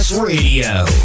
Radio